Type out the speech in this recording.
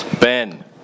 Ben